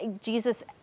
Jesus